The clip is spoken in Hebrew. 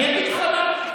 אני אגיד לך למה.